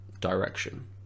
direction